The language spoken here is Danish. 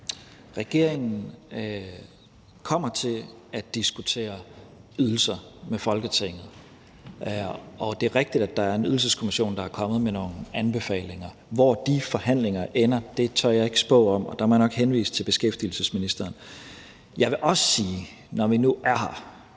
Regeringen kommer til at diskutere ydelser med Folketinget, og det er rigtigt, at der er en Ydelseskommission, der er kommet med nogle anbefalinger. Hvor de forhandlinger ender, tør jeg ikke spå om, og der må jeg nok henvise til beskæftigelsesministeren. Jeg vil også sige, når vi nu er her,